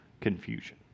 confusion